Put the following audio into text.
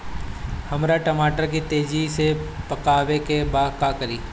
हमरा टमाटर के तेजी से पकावे के बा का करि?